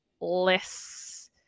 less